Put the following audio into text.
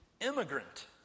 immigrant